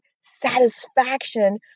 satisfaction